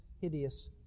hideous